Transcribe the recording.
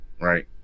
right